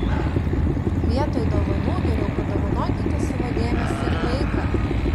vietoj dovanų geriau padovanokite savo dėmesį ir laiką